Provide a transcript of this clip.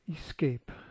escape